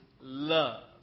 love